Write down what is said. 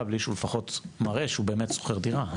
בלי שהוא לפות מראה שהוא באמת שוכר דירה.